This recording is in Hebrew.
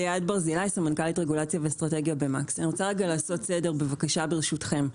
אני רוצה לעשות סדר, בבקשה, ברשותכם.